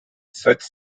such